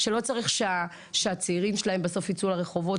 שלא צריך שהצעירים שלהם בסוף יצאו לרחובות,